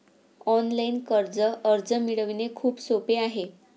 online कर्ज अर्ज मिळवणे खूप सोपे आहे